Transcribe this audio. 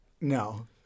No